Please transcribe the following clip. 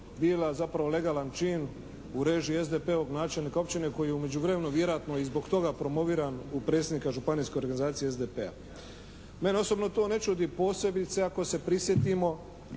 bila zapravo legalan čin u režiji SDP-ovog načelnika općine koji je u međuvremenu vjerojatno i zbog toga promoviran u predsjednika županijske organizacije SPD-a. Mene osobno to ne čudi posebice ako se prisjetimo